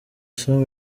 sam